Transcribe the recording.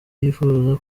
yifuza